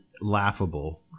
laughable